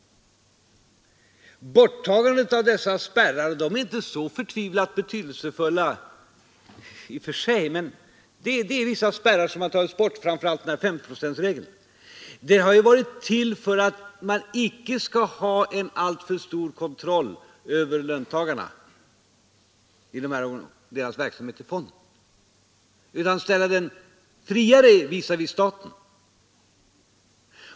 Borttagandet av dessa spärrar är ju inte så förtvivlat betydelsefullt i och för sig, men jag vill framför allt peka på S-procentsregeln som ju infördes för att man icke skulle ha alltför stor kontroll över löntagarnas verksamhet i fonden utan skulle ställa den friare visavi staten.